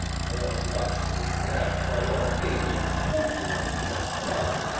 there's much to be said for your english country wenches, after all,